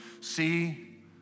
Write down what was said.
see